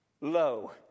low